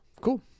Cool